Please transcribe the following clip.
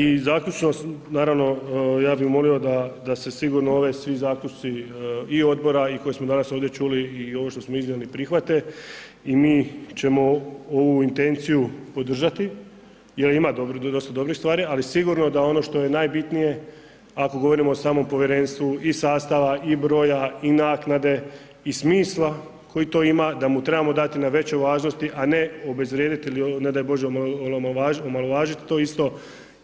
I zaključno, naravno ja bi molimo da se sigurno ove svi zaključci i odbora i koje smo danas ovdje čuli i ovo što smo iznijeli prihvate i mi ćemo ovu intenciju podržati, jer ima dosta dobrih stvari, ali sigurno da ono što je najbitnije, ako govorimo o samom povjerenstvu i sastava i broja i naknade i smisla koji to ima da mu trebamo dati na većoj važnosti, a ne obezvrijedili ili ne daj bože omalovažiti to isto